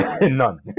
None